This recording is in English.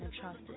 trust